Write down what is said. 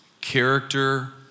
character